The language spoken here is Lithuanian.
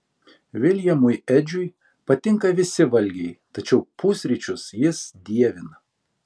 viljamui edžiui patinka visi valgiai tačiau pusryčius jis dievina